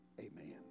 Amen